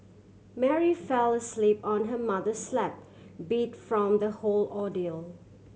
Mary fell asleep on her mother's lap beat from the whole ordeal